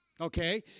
Okay